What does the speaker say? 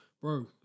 Bro